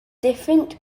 different